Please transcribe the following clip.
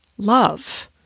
love